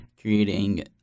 creating